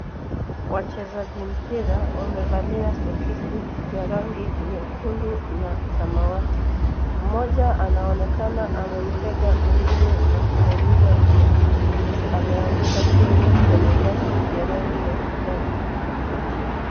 Wachezaji mpira wamevalia sokisi za rangi nyekundu na samawati. Mmoja anaonekana amemtega mwingine na kumuumiza mguu ameanguka chini kwenye nyasi ya rangi ya kijani kibichi.